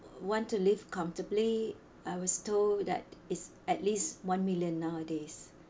want to live comfortably I was told that is at least one million nowadays